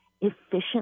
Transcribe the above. efficiently